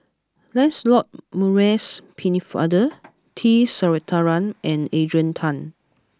Lancelot Maurice Pennefather T Sasitharan and Adrian Tan